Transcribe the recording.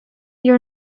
you